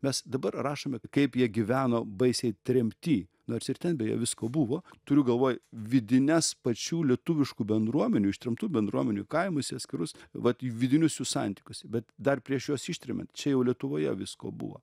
mes dabar rašome kaip jie gyveno baisiai tremty nors ir ten beje visko buvo turiu galvoj vidines pačių lietuviškų bendruomenių ištremtų bendruomenių kaimus atskirus vat vidinius jų santykius bet dar prieš juos ištremiant čia jau lietuvoje visko buvo